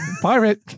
pirate